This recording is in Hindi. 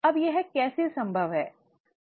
अब यह कैसे संभव है